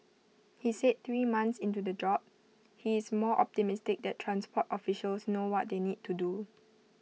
he said three months into the job he is more optimistic that transport officials know what they need to do